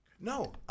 No